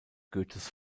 goethes